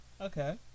Okay